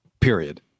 Period